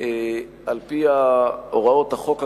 על-פי הוראות החוק הקיים,